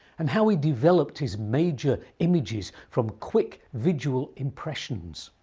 and how he developed his major images from quick visual impressions.